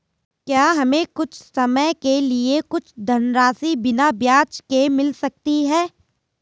क्या हमें कुछ समय के लिए कुछ धनराशि बिना ब्याज के मिल सकती है?